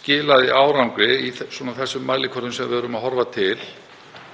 skilaði árangri í þeim mælikvörðum sem við erum að horfa til.